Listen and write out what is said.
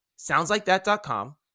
soundslikethat.com